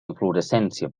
inflorescència